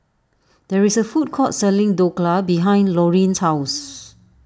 there is a food court selling Dhokla behind Lorine's house